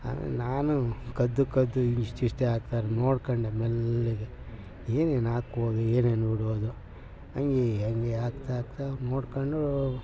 ಆಮೇಲೆ ನಾನು ಕದ್ದು ಕದ್ದು ಇಷ್ಟಿಷ್ಟೇ ಹಾಕ್ತಾರೆ ನೋಡ್ಕೊಂಡೆ ಮೆಲ್ಲಗೆ ಏನೇನು ಹಾಕ್ವಾಗ ಏನೇ ನೋಡುವಾಗ ಹಂಗೆ ಹಂಗೆ ಹಾಕ್ತಾ ಹಾಕ್ತಾ ನೋಡ್ಕೊಂಡು